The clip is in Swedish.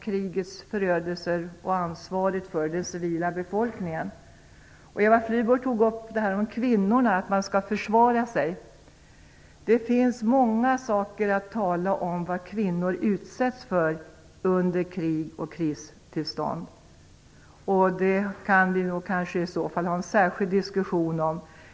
Krigets förödelser och ansvaret för den civila befolkningen har tagits upp många gånger här. Eva Flyborg tog upp detta att även kvinnor skall försvara sig. Det finns mycket att tala om när det gäller vad kvinnor utsätts för i krig och kristillstånd. Det kan vi kanske ha en särskild diskussion om.